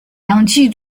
氧气